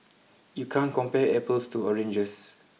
you can't compare apples to oranges